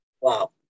Wow